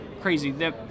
crazy